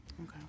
Okay